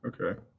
Okay